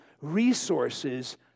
resources